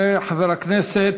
יעלה חבר הכנסת